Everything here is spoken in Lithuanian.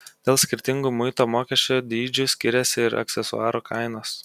dėl skirtingų muito mokesčių dydžių skiriasi ir aksesuarų kainos